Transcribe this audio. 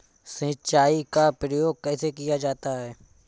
सिंचाई का प्रयोग कैसे किया जाता है?